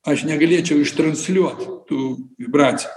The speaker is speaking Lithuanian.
aš negalėčiau ištransliuot tų vibracijų